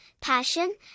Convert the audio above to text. passion